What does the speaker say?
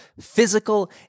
physical